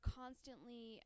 constantly